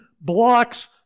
blocks